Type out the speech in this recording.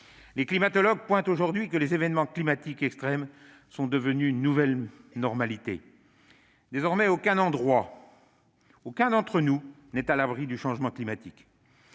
Les climatologues relèvent que les événements climatiques extrêmes sont devenus une nouvelle normalité. « Désormais, aucun endroit ni aucun d'entre nous n'est à l'abri du changement climatique